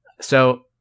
So-